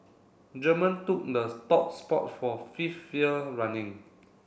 German took the stop spot for fifth year running